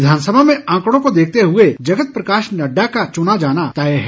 विधानसभा में आंकड़ों को देखते हुए जगत प्रकाश नड्डा का चुना जाना तय है